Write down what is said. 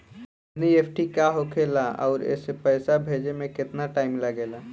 NEFT का होखे ला आउर एसे पैसा भेजे मे केतना टाइम लागेला?